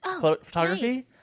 photography